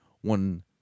one